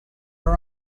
her